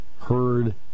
heard